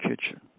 Kitchen